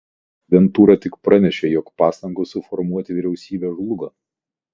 tuo tarpu prezidentūra tik pranešė jog pastangos suformuoti vyriausybę žlugo